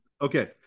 Okay